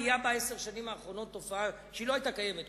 בעשר השנים האחרונות נהייתה תופעה שלא היתה קיימת קודם,